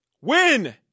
Win